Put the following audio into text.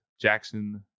Jackson